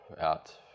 Out